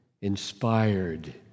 inspired